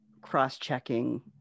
cross-checking